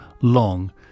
long